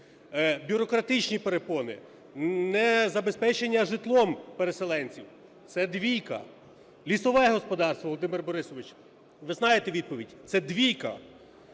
бюрократичні перепони, незабезпечення житлом переселенців, це двійка; лісове господарство, Володимир Борисович, ви знаєте відповідь, це – двійка;